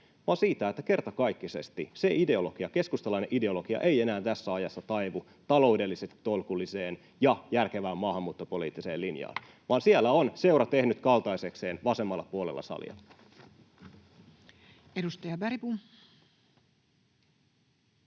vaan siitä, että kertakaikkisesti se ideologia, keskustalainen ideologia, ei enää tässä ajassa taivu taloudellisesti tolkulliseen ja järkevään maahanmuuttopoliittiseen linjaan, vaan siellä on seura tehnyt kaltaisekseen vasemmalla puolella salia. [Speech 196]